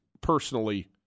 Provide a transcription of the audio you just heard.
personally